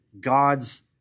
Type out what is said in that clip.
God's